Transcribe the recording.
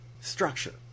structure